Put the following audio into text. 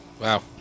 Wow